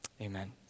Amen